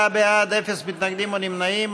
34 בעד, אפס מתנגדים או נמנעים.